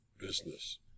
business